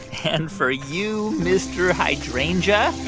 and for you, mr. hydrangea. oh,